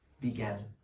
began